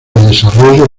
desarrollo